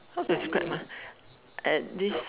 how to scrape ah at this